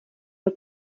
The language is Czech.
byl